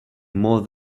more